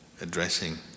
addressing